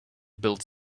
bills